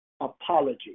apology